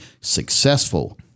successful